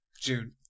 June